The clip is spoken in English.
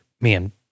man